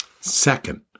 Second